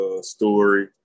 Story